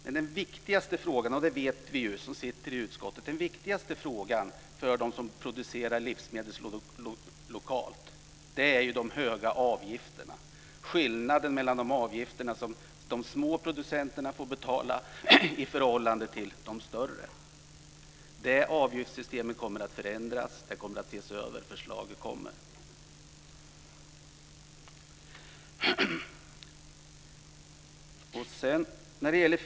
Men den viktigaste frågan, och det vet ju vi som sitter i utskottet, för dem som producerar livsmedel lokalt är ju de höga avgifterna och skillnaderna mellan de avgifter som de små producenterna får betala och de avgifter som de större får betala. Det avgiftssystemet kommer att förändras och ses över. Förslag kommer.